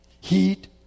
heat